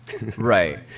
right